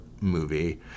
movie